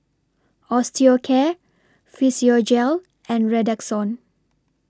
Osteocare Physiogel and Redoxon